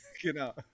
Genau